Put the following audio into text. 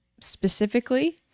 specifically